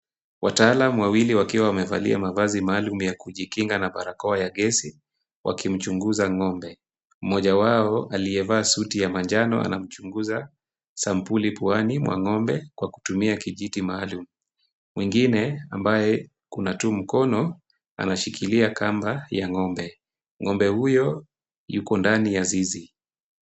Wataalamu wawili wakiwa wamevalia mavazi ya kujikinga na barakoa ya gesi wakimchunguza ng'ombe. Mmoja wao aliyevaa suti ya manjano anachunguza sampuli puani mwa ng'ombe kutumia kijiti maalum. Mwingine ambaye kuna tu mkono anashikilia kamba ya ng'ombe. Ng'ombe huyo yuko ndani ya zizi.